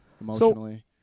emotionally